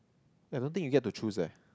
I don't think you get to choose eh